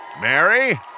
Mary